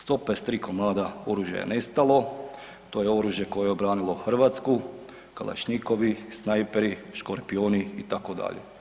153 komada oružja je nestalo, to je oružje koje je obranilo Hrvatsku, kalašnjikovi, snajperi, škorpioni itd.